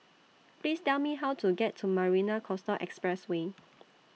Please Tell Me How to get to Marina Coastal Expressway